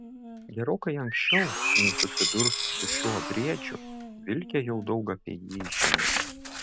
gerokai anksčiau nei susidurs su šiuo briedžiu vilkė jau daug apie jį žino